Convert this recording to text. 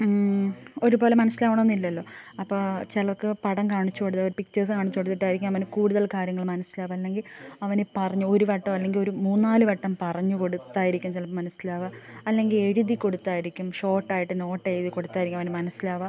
ഒരുപോലെ മനസ്സിലാകണമെന്നില്ലല്ലോ അപ്പം ചിലർക്ക് പടം കാണിച്ചു കൊടുത്ത് പിക്ച്ചർസ് കാണിച്ചു കൊടുത്തിട്ടായിരിക്കും അവന്മാർ കൂടുതൽ കാര്യങ്ങൾ മനസ്സിലാകുന്നെങ്കിൽ അവൻ പറഞ്ഞ് ഒരു വട്ടം അല്ലെങ്കിൽ ഒരു മൂന്നാല് വട്ടം പറഞ്ഞു കൊടുത്തായിരിക്കും ചിലപ്പം മനസ്സിലാകുക അല്ലെങ്കിൽ എഴുതി കൊടുത്തായിരിക്കും ഷോർട്ടായിട്ട് നോട്ടെഴുതി കൊടുത്തായിരിക്കും അവൻ മനസ്സിലാകുക